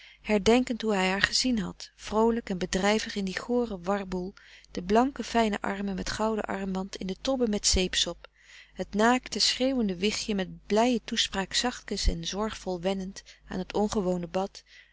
herdenkend hoe hij haar gezien had vroolijk en bedrijvig in dien goren warboel de blanke fijne armen met gouden armband in de tobbe met zeepsop het naakte schreeuwende wichtje met blije toespraak zachtkens en zorgvol wennend aan het ongewone bad